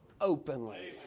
openly